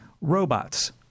Robots